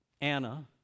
Anna